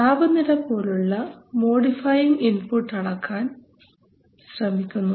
താപനില പോലുള്ള modifying input അളക്കാൻ ശ്രമിക്കുന്നു